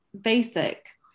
basic